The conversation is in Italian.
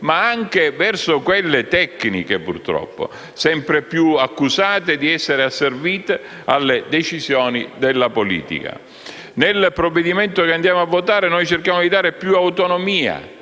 ma anche verso quelle tecniche, purtroppo, sempre più accusate di essere asservite alle decisioni della politica. Nel provvedimento che andiamo a votare cerchiamo di dare più autonomia